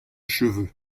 cheveux